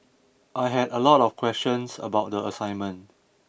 I had a lot of questions about the assignment